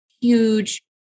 huge